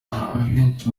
ahenshi